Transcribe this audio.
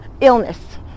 illness